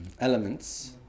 elements